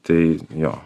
tai jo